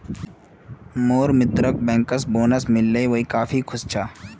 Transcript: मोर मित्रक bankers bonus मिल ले वइ काफी खुश छ